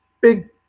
big